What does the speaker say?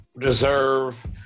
deserve